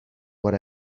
what